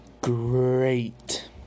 Great